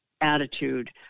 attitude